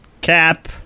cap